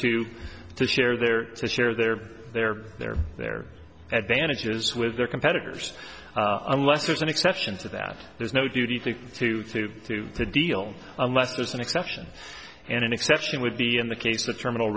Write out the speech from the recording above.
to share their to share their their their their advantages with their competitors unless there's an exception to that there's no duty to to to to to deal unless there's an exception and an exception would be in the case of terminal